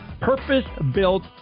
purpose-built